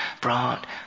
brought